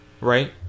Right